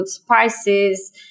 spices